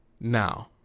Now